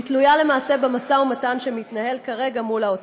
והיא תלויה למעשה במשא ומתן שמתנהל כרגע עם האוצר.